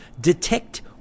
detect